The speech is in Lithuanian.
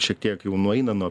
šiek tiek jau nueina nuo